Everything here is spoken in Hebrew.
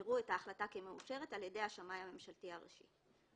יראו את ההחלטה כמאושרת על ידי השמאי הממשלתי הראשי.